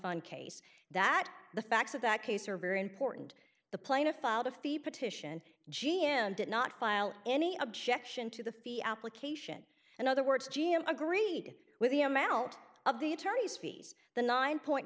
fun case that the facts of that case are very important the plaintiff filed a fee petition g m did not file any objection to the fee application in other words g m agreed with the amount of the attorney's fees the nine point